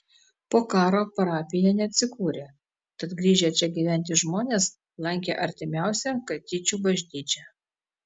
po karo parapija neatsikūrė tad grįžę čia gyventi žmonės lankė artimiausią katyčių bažnyčią